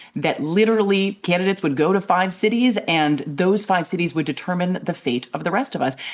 that literally candidates would go to five cities, and those five cities would determine the fate of the rest of us.